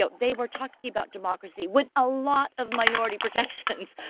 so they were talking about democracy with a lot of minority protections,